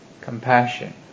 compassion